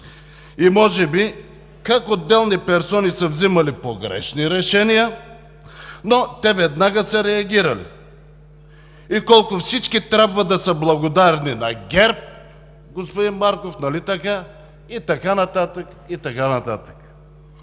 и може би как отделни персони са взимали погрешни решения, но те веднага са реагирали, и колко всички трябва да са благодарни на ГЕРБ, господин Марков, нали така – и така нататък, и така нататък?